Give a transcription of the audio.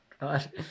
God